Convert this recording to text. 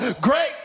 great